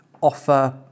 offer